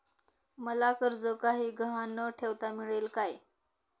मला कर्ज काही गहाण न ठेवता मिळेल काय?